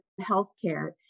Healthcare